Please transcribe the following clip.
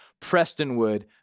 Prestonwood